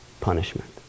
punishment